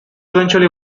eventually